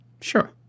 Sure